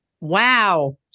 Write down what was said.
Wow